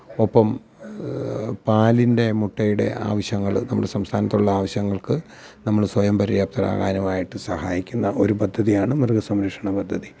ഒപ്പം പാലിന്റെ മുട്ടയുടെ ആവിശ്യങ്ങൾ നമ്മുടെ സംസ്ഥാനത്തു ള്ള ആവിശ്യങ്ങള്ക്ക് നമ്മള് സ്വയം പര്യാപ്തരാകാനുവായിട്ട് സഹായിക്കുന്ന ഒരു പദ്ധതിയാണ് മൃഗസംരക്ഷണ പദ്ധതി